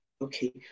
Okay